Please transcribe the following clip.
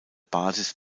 basis